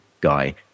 guy